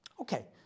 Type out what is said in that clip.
Okay